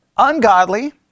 ungodly